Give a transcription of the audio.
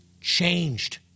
changed